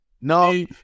No